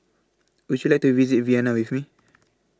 Would YOU like to visit Vienna with Me